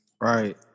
right